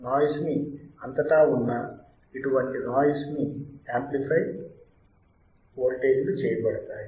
noise ని అంతటా ఉన్న ఇటువంటి నాయిస్ యామ్ప్లిఫై వోల్టేజీలు చేయబడతాయి